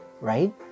right